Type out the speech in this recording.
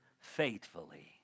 faithfully